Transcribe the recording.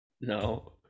No